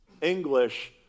English